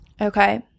Okay